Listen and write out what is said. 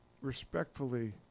respectfully